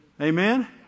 amen